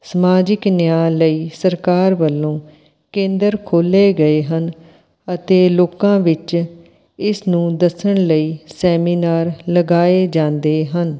ਸਮਾਜਿਕ ਨਿਆਂ ਲਈ ਸਰਕਾਰ ਵੱਲੋਂ ਕੇਂਦਰ ਖੋਲੇ ਗਏ ਹਨ ਅਤੇ ਲੋਕਾਂ ਵਿੱਚ ਇਸ ਨੂੰ ਦੱਸਣ ਲਈ ਸੈਮੀਨਾਰ ਲਗਾਏ ਜਾਂਦੇ ਹਨ